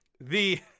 the-